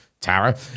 Tara